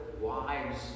wives